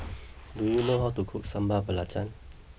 do you know how to cook Sambal Belacan